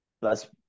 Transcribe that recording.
plus